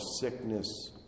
sickness